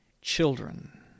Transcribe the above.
children